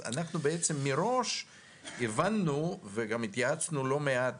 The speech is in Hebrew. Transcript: אנחנו בעצם מראש הבנו וגם התייעצנו לא מעט